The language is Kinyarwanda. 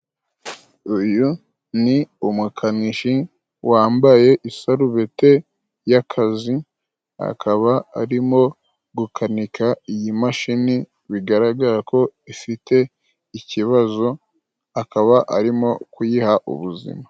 Uyu ni umukanishi wambaye isarubete y'akazi, akaba arimo gukanika iyi mashini, bigaragara ko ifite ikibazo akaba arimo kuyiha ubuzima.